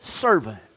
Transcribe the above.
servant